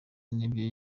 n’ibyo